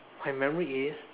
my memory is